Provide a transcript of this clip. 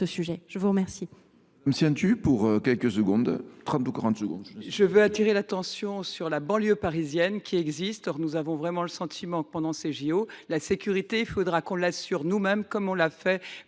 je vous remercie